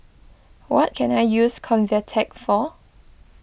what can I use Convatec for